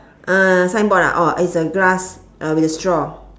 uh signboard ah orh it's a glass uh with a straw